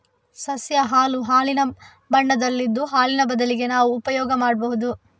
ಸಸ್ಯ ಹಾಲು ಹಾಲಿನ ಬಣ್ಣದಲ್ಲಿದ್ದು ಹಾಲಿನ ಬದಲಿಗೆ ನಾವು ಉಪಯೋಗ ಮಾಡ್ಬಹುದು